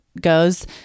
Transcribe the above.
goes